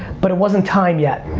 but it wasn't time yet.